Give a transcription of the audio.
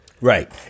Right